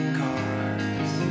cars